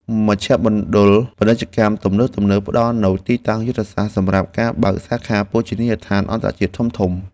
មជ្ឈមណ្ឌលពាណិជ្ជកម្មទំនើបៗផ្តល់នូវទីតាំងយុទ្ធសាស្ត្រសម្រាប់ការបើកសាខាភោជនីយដ្ឋានអន្តរជាតិធំៗ។